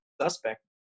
suspect